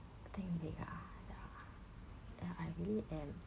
I think they are ya I really am